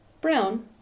brown